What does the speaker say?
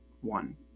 one